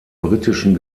britischen